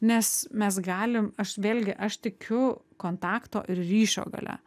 nes mes galim aš vėlgi aš tikiu kontakto ir ryšio galia